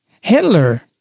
Hitler